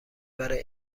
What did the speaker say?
برای